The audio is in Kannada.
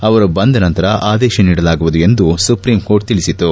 ಅವರು ಬಂದ ನಂತರ ಆದೇಶ ನೀಡಲಾಗುವುದು ಎಂದು ಸುಪ್ರೀಂಕೋರ್ಟ್ ತಿಳಿಸಿತು